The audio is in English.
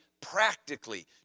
practically